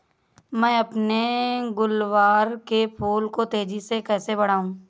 मैं अपने गुलवहार के फूल को तेजी से कैसे बढाऊं?